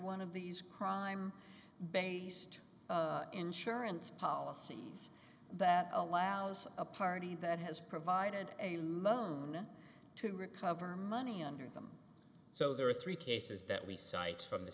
one of these crime based insurance policies that allows a party that has provided a moment to recover money under them so there are three cases that we cite from the